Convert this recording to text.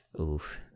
Oof